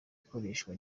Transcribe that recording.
ikoreshwa